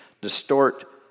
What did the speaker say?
distort